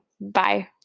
Bye